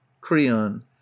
Creon